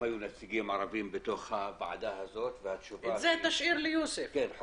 היו נציגים ערבים בתוך הוועדה ולא הייתה תשובה.